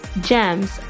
GEMS